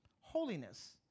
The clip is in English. Holiness